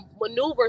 maneuver